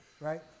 Right